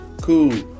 Cool